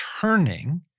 turning